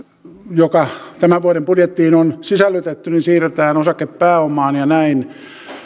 joka tämän vuoden budjettiin on sisällytetty siirretään osakepääomaan ja näin